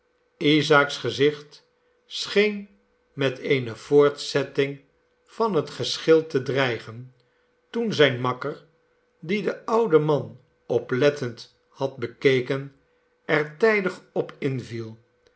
isaak's gezicht scheen met eene voortzetting van het geschil te dreigen toen zijn makker die den ouden man oplettend had bekeken er tijdig op inviel